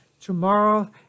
tomorrow